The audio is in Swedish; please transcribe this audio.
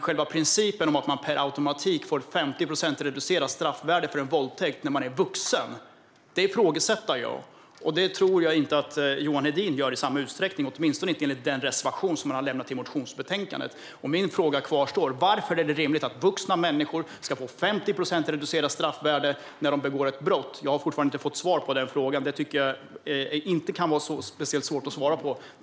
Själva principen att man per automatik får 50 procents reducerat straffvärde för en våldtäkt när man är vuxen ifrågasätter jag. Jag tror inte att Johan Hedin gör det i samma utsträckning, åtminstone inte enligt den reservation som han har i motionsbetänkandet. Min fråga kvarstår: Varför är det rimligt att vuxna människor får ett reducerat straffvärde på 50 procent när de begår ett brott? Jag har fortfarande inte fått svar på frågan, och jag tycker inte att det kan vara så svårt att svara på detta.